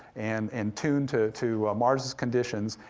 and in tune to to mars's conditions,